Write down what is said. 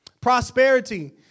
Prosperity